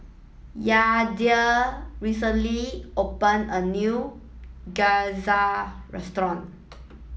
Yadiel recently opened a new Gyoza Restaurant